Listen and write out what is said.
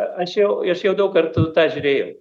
aš jau aš jau daug kartų tą žiūrėjau